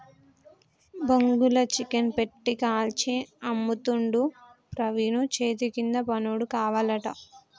బొంగుల చికెన్ పెట్టి కాల్చి అమ్ముతుండు ప్రవీణు చేతికింద పనోడు కావాలట